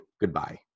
goodbye